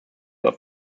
auf